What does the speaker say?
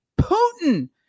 Putin